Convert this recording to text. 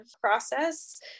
process